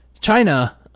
China